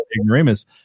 Ignoramus